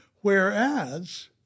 Whereas